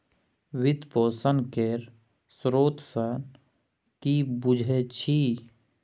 वित्त पोषण केर स्रोत सँ कि बुझै छी